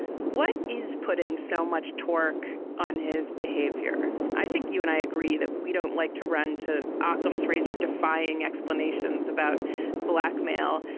what is putting so much talk on his behavior? i think you and i agree that we don't like to run to ah ockham's razor defying explanations about blackmail.